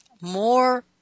more